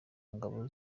ngabo